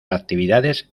actividades